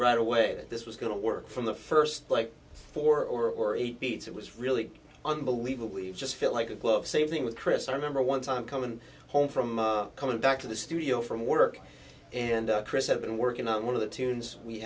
right away that this was going to work from the first like four or eight beats it was really unbelievably just felt like a glove same thing with chris i remember one time coming home from coming back to the studio from work and chris had been working on one of the tunes we